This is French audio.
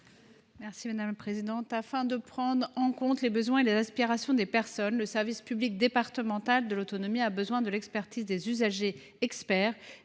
Mme Anne Souyris. Afin de prendre en compte les besoins et les aspirations des personnes, le service public départemental de l’autonomie a besoin de l’expertise des usagers experts